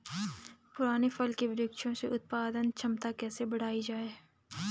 पुराने फल के वृक्षों से उत्पादन क्षमता कैसे बढ़ायी जाए?